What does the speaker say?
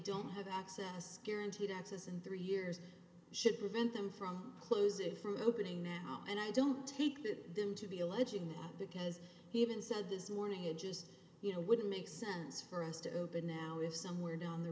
don't have access guaranteed access in three years should prevent them from closing for opening them and i don't take that them to be alleging that because he even said this morning it just you know wouldn't make sense for us to open now if somewhere down the